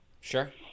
Sure